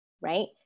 right